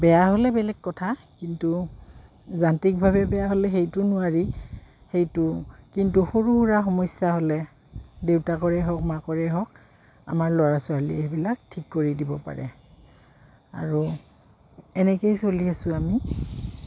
বেয়া হ'লে বেলেগ কথা কিন্তু যান্ত্ৰিকভাৱে বেয়া হ'লে সেইটো নোৱাৰি সেইটো কিন্তু সৰু সুৰা সমস্যা হ'লে দেউতাকই হওক মাকৰেই হওক আমাৰ ল'ৰা ছোৱালী সেইবিলাক ঠিক কৰি দিব পাৰে আৰু এনেকেই চলি আছোঁ আমি